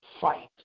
fight